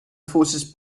forces